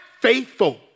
faithful